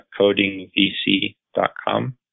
codingvc.com